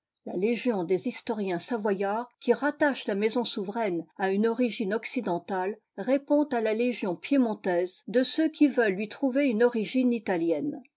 la légion des historiens savoyards qui rattachent la maison souveraine à une origine occidentale répond à la légion piémontaise de ceux qui veulent lui trouver une origine italienne